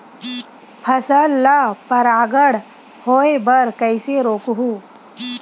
फसल ल परागण होय बर कइसे रोकहु?